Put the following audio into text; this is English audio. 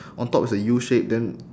on top is a U shape then